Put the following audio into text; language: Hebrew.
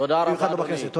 במיוחד לא בכנסת.